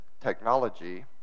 technology